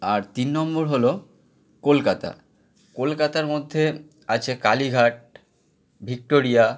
আর তিন নম্বর হলো কলকাতা কলকাতার মধ্যে আছে কালীঘাট ভিক্টোরিয়া